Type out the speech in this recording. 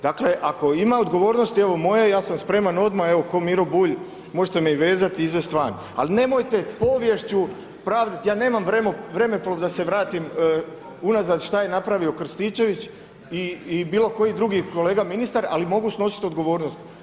Dakle, ako ima odgovornosti, evo moje, ja sam spreman odma, evo ko Miro Bulj, možete me i vezat i izvest van, al nemojte poviješću pravdat, ja nemam vremeplov da se vratim unazad šta je napravio Krstičević i bilo koji drugi kolega ministar, ali mogu snosit odgovornost.